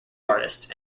artists